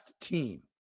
team